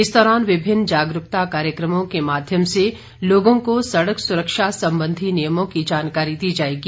इस दौरान विभिन्न जागरूकता कार्यक्रमों के माध्यम से लोगों को सड़क सुरक्षा संबंधी नियमों की जानकारी दी जाएगी